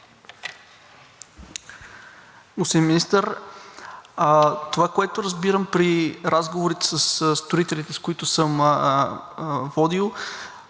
Господин Министър, това, което разбирам при разговорите със строителите, с които съм водил